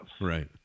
right